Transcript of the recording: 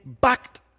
backed